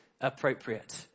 appropriate